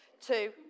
Two